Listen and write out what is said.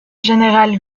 général